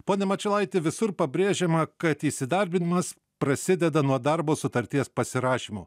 pone mačiulaiti visur pabrėžiama kad įsidarbinimas prasideda nuo darbo sutarties pasirašymo